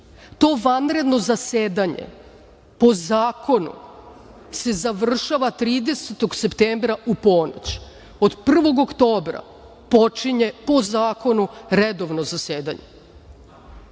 To vanredno zasedanje po zakonu se završava 30. septembra u ponoć. Od 1. oktobra počinje po zakonu redovno zasedanje.